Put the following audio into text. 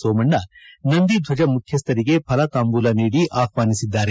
ಸೋಮಣ್ಣ ನಂದಿಧ್ವಜ ಮುಖ್ಯಸ್ಥರಿಗೆ ಫಲತಾಂಬೂಲ ನೀಡಿ ಆಹ್ವಾನಿಸಿದ್ದಾರೆ